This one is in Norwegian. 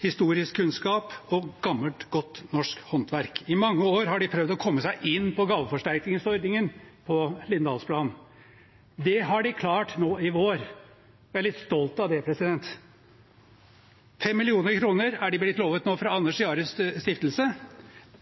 historisk kunnskap og gammelt, godt norsk håndverk. I mange år har de på Lindahlplan prøvd å komme seg inn i gaveforsterkningsordningen. Det har de klart nå i vår, og jeg er litt stolt av det. 5 mill. kr er de nå blitt lovet fra Anders Jahres stiftelse.